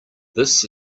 this